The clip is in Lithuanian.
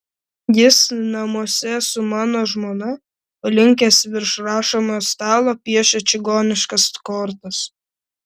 jis namuose su mano žmona palinkęs virš rašomojo stalo piešia čigoniškas kortas